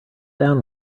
down